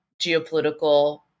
geopolitical